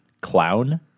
clown